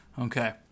Okay